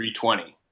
320